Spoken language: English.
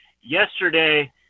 yesterday